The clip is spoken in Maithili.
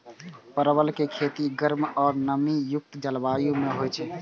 परवल के खेती गर्म आ नमी युक्त जलवायु मे होइ छै